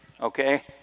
okay